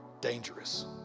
dangerous